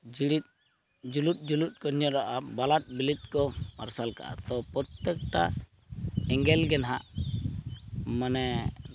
ᱡᱤᱲᱤᱫ ᱡᱩᱞᱩᱫ ᱡᱩᱞᱩᱫ ᱠᱚ ᱧᱮᱞᱚᱜᱼᱟ ᱵᱟᱞᱟᱫ ᱵᱤᱞᱤᱫ ᱠᱚ ᱢᱟᱨᱥᱟᱞ ᱠᱟᱜᱼᱟ ᱛᱚ ᱯᱨᱚᱛᱮᱠᱴᱟ ᱮᱸᱜᱮᱞ ᱜᱮ ᱱᱟᱦᱟᱜ ᱢᱟᱱᱮ